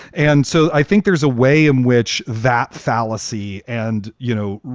and so i think there's a way in which that fallacy and, you know,